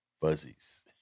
fuzzies